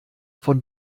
von